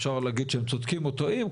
אפשר להגיד שהם צודקים או טועים,